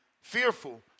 fearful